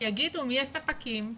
שיגידו מי הספקים,